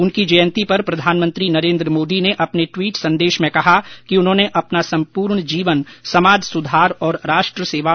उनकी जयंती पर प्रधानमंत्री नरेन्द्र मोदी ने अपने ट्वीट संदेश में कहा कि उन्होंने अपना संपूर्ण जीवन समाज सुधार और राष्ट्र सेवा में समर्पित कर दिया